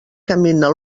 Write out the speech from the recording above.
camina